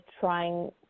trying